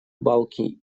балки